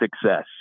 success